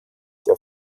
der